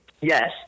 Yes